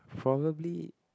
probably